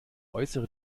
äußere